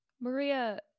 Maria